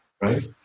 right